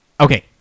Okay